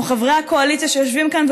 או חברי הקואליציה שיושבים כאן,